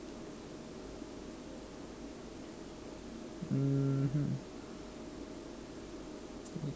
mmhmm